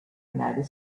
united